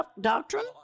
doctrine